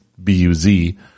B-U-Z